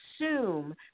assume